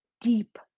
deep